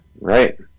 Right